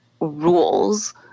rules